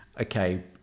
okay